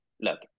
look